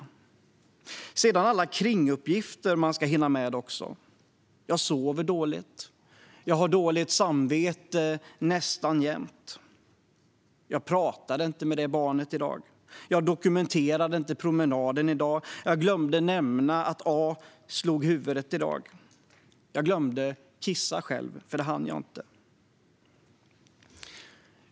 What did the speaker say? Sedan alla kringuppgifter man ska hinna med också. Jag sover dåligt. Har dåligt samvete nästan jämt. Jag pratade inte med det barnet idag!! Jag dokumenterade inte promenaden idag! Jag glömde nämna att A slog huvudet idag!! Jag glömde kissa själv idag!" Fru talman!